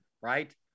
right